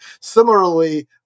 Similarly